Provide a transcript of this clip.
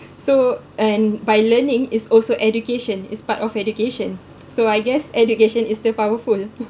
so and by learning is also education it's part of education so I guess education is still powerful